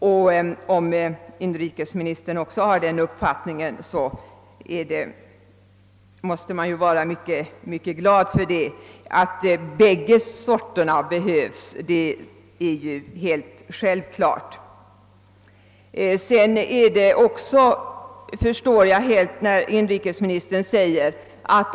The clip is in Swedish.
Om också inrikesministern har denna uppfattning är jag glad. Det är dock självklart att båda dessa slag av åtgärder behövs.